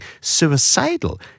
suicidal